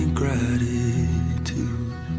gratitude